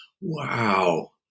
Wow